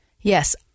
Yes